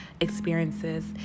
experiences